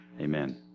Amen